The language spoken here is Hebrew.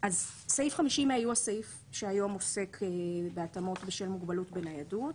סעיף 50 הוא הסעיף שהיום עוסק בהתאמות בשל מוגבלות בניידות.